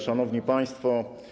Szanowni Państwo!